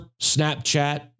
Snapchat